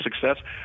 success